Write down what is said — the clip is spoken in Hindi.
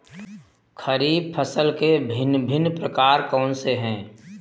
खरीब फसल के भिन भिन प्रकार कौन से हैं?